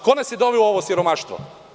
Ko nas je doveo u ovo siromaštvo?